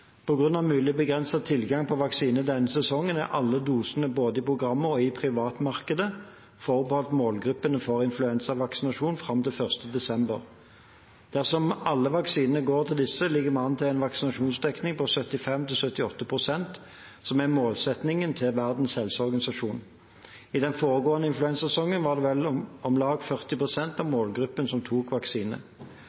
mulig begrenset tilgang på vaksine denne sesongen er alle dosene både i programmet og i privatmarkedet forbeholdt målgruppene for influensavaksinasjon fram til 1. desember. Dersom alle vaksiner går til disse, ligger vi an til en vaksinasjonsdekning på 75–78 pst., som er målsettingen til Verdens helseorganisasjon. I de foregående influensasesongene var det om lag 40 pst. av